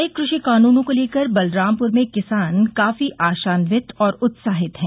नये कृषि कानूनों को लेकर बलरामपुर में किसान काफी आशान्वित और उत्साहित है